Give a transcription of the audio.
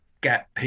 get